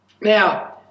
Now